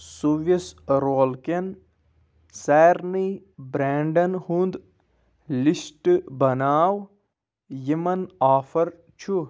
Swiss roll کٮ۪ن سارنٕے بریٚنڑن ہُنٛد لسٹ بناو یِمَن آفر چھُ